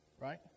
Right